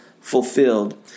fulfilled